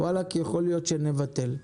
אז יכול להיות שנבטל.